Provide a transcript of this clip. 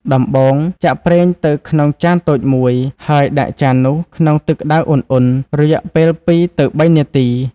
ដំបូង ចាក់ប្រេងទៅក្នុងចានតូចមួយ ហើយដាក់ចាននោះក្នុងទឹកក្តៅឧណ្ហៗ រយៈពេលពីរទៅបីនាទី។